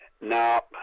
Now